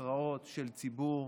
הכרעות של ציבור,